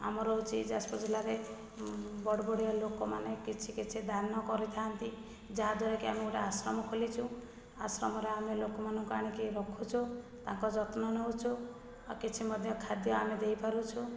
ଆମର ହେଉଛି ଯାଜପୁର ଜିଲ୍ଲାରେ ଉଁ ବଡ଼ବଡ଼ିଆ ଲୋକମାନେ କିଛି କିଛି ଦାନ କରିଥାନ୍ତି ଯାହାଦ୍ଵାରା କି ଆମେ ଗୋଟେ ଆଶ୍ରମ ଖୋଲିଛୁ ଆଶ୍ରମରେ ଆମେ ଲୋକମାନଙ୍କୁ ଆଣିକି ରଖୁଛୁ ତାଙ୍କ ଯତ୍ନ ନେଉଛୁ ଆଉ କିଛି ମଧ୍ୟ ଖାଦ୍ୟ ଆମେ ଦେଇପାରୁଛୁ